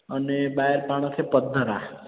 अने ॿाहिरि पाण खे पधर आहे